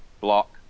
block